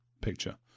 picture